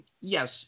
yes